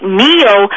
meal